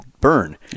burn